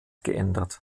geändert